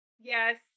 Yes